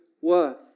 worth